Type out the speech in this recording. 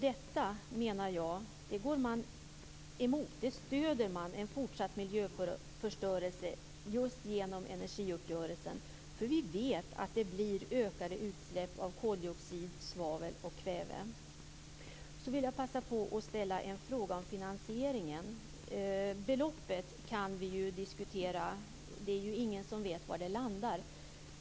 Detta menar jag att man går emot. Man stöder nämligen en fortsatt miljöförstörelse just genom energiuppgörelsen. Vi vet ju att det blir ökade utsläpp av koldioxid, svavel och kväve. Sedan vill jag passa på att fråga om finansieringen. Beloppet kan diskuteras. Ingen vet var det landar.